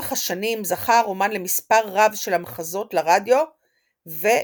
לאורך השנים זכה הרומן למספר רב של המחזות לרדיו ולטלוויזיה.